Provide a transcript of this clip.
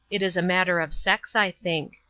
it is a matter of sex, i think.